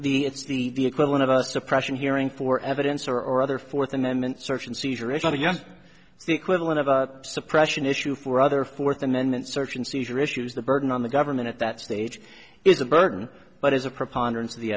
the it's the equivalent of a suppression hearing for evidence or or other fourth amendment search and seizure in the u s the equivalent of a suppression issue for other fourth amendment search and seizure issues the burden on the government at that stage is a burden but as a preponderance of the